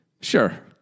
Sure